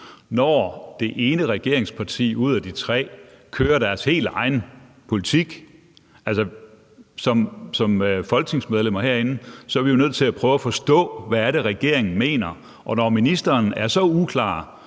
når det ene regeringsparti ud af de tre kører deres helt egen politik. Altså, som folketingsmedlemmer herinde er vi jo nødt til at prøve at forstå, hvad det er, regeringen mener, og når ministeren er så uklar